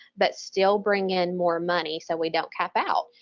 but still bring in more money so we don't tap out?